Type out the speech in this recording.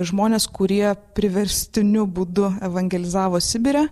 žmones kurie priverstiniu būdu evangelizavo sibire